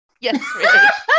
Yes